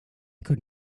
could